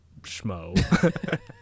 schmo